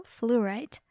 fluorite